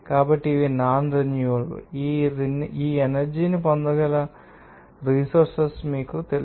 కాబట్టి ఇవి non renewable ఈ ఎనర్జీ ని పొందగల రిసోర్సెస్ మీకు తెలుసు